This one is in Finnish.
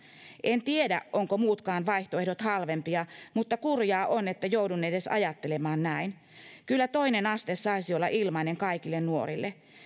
en tiedä onko muutkaan vaihtoehdot halvempia mutta kurjaa on että joudun edes ajattelemaan näin kyllä toinen aste saisi olla ilmainen kaikille nuorille